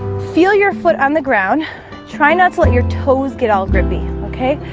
feel your foot on the ground try not to let your toes get all grippy okay,